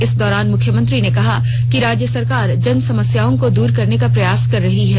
इस दौरान मुख्यमंत्री ने कहा कि राज्य सरकार जन समस्याओं को दूर करने का प्रयास कर रही है